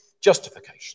justification